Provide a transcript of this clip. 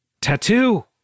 Tattoo